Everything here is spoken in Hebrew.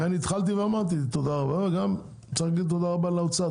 לכן התחלתי ואמרתי שצריך להגיד תודה רבה לאוצר,